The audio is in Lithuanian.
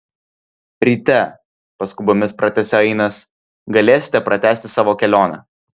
ryte paskubomis pratęsė ainas galėsite pratęsti savo kelionę